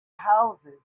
houses